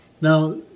Now